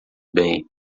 bem